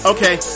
Okay